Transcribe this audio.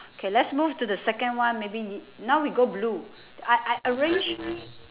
K let's move to the second one maybe y~ now we go blue I I arranged